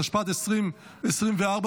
התשפ"ד 2024,